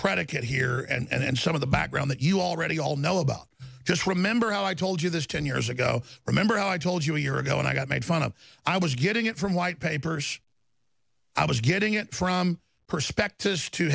predicate here and some of the background that you already all know about just remember how i told you this ten years ago remember how i told you a year ago when i got made fun of i was getting it from white papers i was getting it from perspectives to